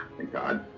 thank god.